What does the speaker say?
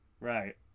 Right